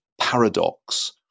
paradox